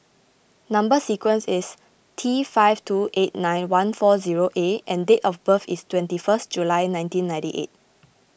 Number Sequence is T five two eight nine one four zero A and date of birth is twenty first July nineteen ninety eight